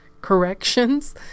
corrections